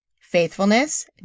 faithfulness